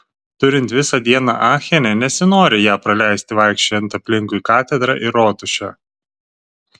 turint visą dieną achene nesinori ją praleisti vaikščiojant aplinkui katedrą ir rotušę